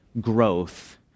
growth